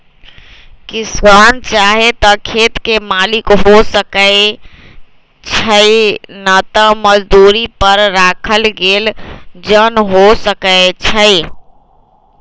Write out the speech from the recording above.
किसान चाहे त खेत के मालिक हो सकै छइ न त मजदुरी पर राखल गेल जन हो सकै छइ